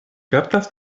kaptas